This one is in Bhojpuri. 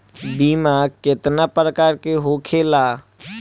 बीमा केतना प्रकार के होखे ला?